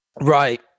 Right